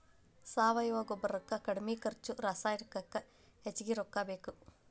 ಸಾವಯುವ ಗೊಬ್ಬರಕ್ಕ ಕಡಮಿ ಖರ್ಚು ರಸಾಯನಿಕಕ್ಕ ಹೆಚಗಿ ರೊಕ್ಕಾ ಬೇಕ